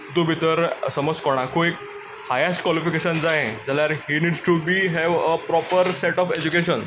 तिंतूत भितर समज कोणाकूय हायस्ट क्वालिफिकेशन जायें जाल्यार he needs to be have a proper set of education